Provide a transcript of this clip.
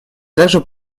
также